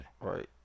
Right